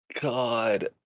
god